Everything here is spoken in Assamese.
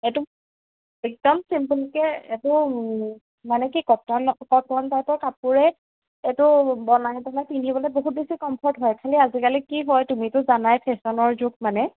এইটো একদম চিম্পলকে একো মানে কি কটন কটন টাইপৰ কাপোৰে এইটো বনাই বনাই পিন্ধিবলে বহুত বেছি কমফৰ্ট হয় খালি আজিকালি কি হয় তুমিতো জানাই ফেশ্বনৰ যুগ মানে